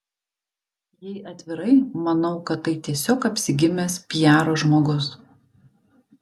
jei atvirai manau kad tai tiesiog apsigimęs piaro žmogus